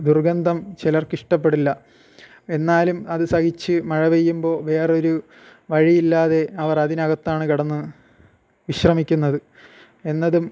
ദുർഗന്ധം ചിലർക്ക് ഇഷ്ടപ്പെടില്ല എന്നാലും അത് സഹിച്ച് മഴ പെയ്യുമ്പോൾ വേറൊരു വഴിയില്ലാതെ അവർ ഇതിനകത്താണ് കിടന്ന് വിശ്രമിക്കുന്നത് എന്നതും